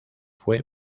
fue